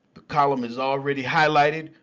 the column is already highlighted.